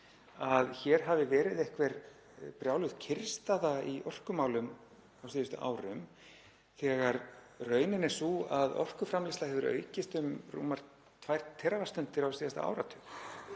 að hér hafi verið einhver brjáluð kyrrstaða í orkumálum á síðustu árum þegar raunin er sú að orkuframleiðsla hefur aukist um rúmar 2 TWst á síðasta áratug.